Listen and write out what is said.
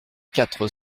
quatre